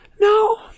No